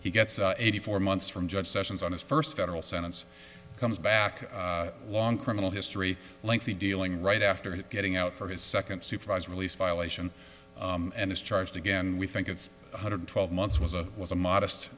he gets eighty four months from judge sessions on his first federal sentence comes back long criminal history lengthy dealing right after getting out for his second supervised release violation and is charged again we think it's one hundred twelve months was a was a modest